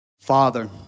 Father